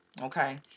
Okay